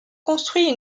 construit